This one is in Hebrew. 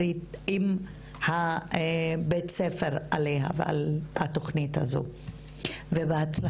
עם בית הספר על התכנית הזו ובהצלחה.